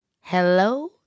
Hello